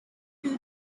two